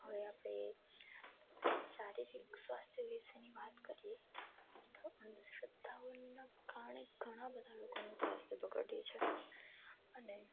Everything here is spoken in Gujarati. હવે આપણે શારીરિક સ્વાસ્થ્ય વિશેની વાત કરીએ તો અંધશ્રદ્ધાઓના ઘણે ઘણા બધા લોકોનું સ્વાસ્થ્ય બગડ્યું છે અને